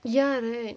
ya right